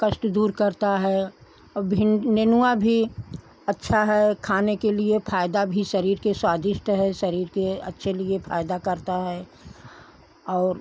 कष्ट दूर करता है और नेनुआ भी अच्छा है खाने के लिए फयदा भी शरीर के स्वादिष्ट हैं शरीर के अच्छे लिए फायदा करता है और